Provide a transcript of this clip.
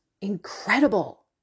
incredible